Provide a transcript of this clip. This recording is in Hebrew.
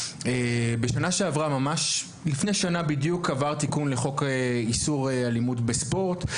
בשנה שעברה ממש לפני שנה בדיוק עבר תיקון לחוק איסור אלימות בספורט,